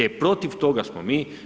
E, protiv toga smo mi.